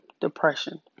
depression